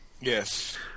Yes